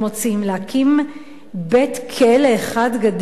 להקים בית-כלא אחד גדול?